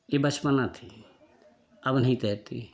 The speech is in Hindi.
ये बचपना थी अब नहीं तैरती